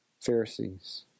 Pharisees